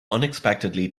unexpectedly